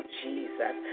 jesus